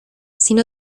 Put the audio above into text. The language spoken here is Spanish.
sin